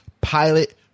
pilot